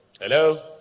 Hello